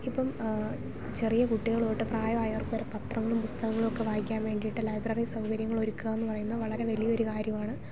ഇപ്പം ചെറിയ കുട്ടികൾ തൊട്ട് പ്രായമായാർക്ക് വരെ പത്രങ്ങളും പുസ്തകങ്ങളു ഒക്കെ വായിക്കാൻ വേണ്ടീട്ട് ലൈബ്രറി സൗകര്യങ്ങൾ ഒരുക്കാം എന്ന് പറയുന്ന വളരെ വലിയ ഒരു കാര്യമാണ്